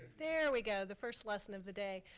there we go. the first lesson of the day.